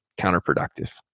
counterproductive